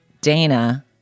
Dana